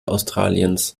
australiens